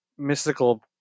mystical